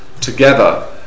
together